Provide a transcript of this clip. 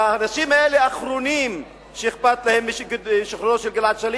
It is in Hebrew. האנשים האלה הם האחרונים שאכפת להם משחרורו של גלעד שליט,